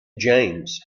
james